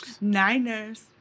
Niners